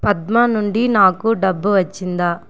పద్మా నుండి నాకు డబ్బు వచ్చిందా